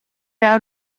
are